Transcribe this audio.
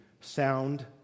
sound